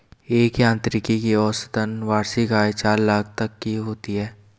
एक यांत्रिकी की औसतन वार्षिक आय चार लाख तक की होती है